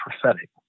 prophetic